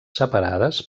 separades